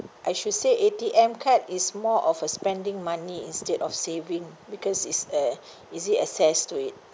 I should say A_T_M card is more of a spending money instead of saving because it's a easy access to it